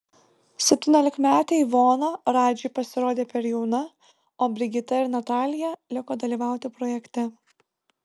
septyniolikmetė ivona radžiui pasirodė per jauna o brigita ir natalija liko dalyvauti projekte